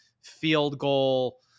field-goal